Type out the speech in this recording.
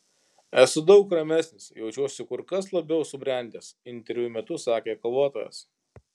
esu daug ramesnis jaučiuosi kur kas labiau subrendęs interviu metu sakė kovotojas